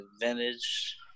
vintage